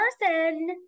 person